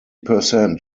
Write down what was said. percent